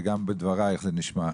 וגם בדברייך זה נשמע,